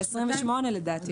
לדעתי,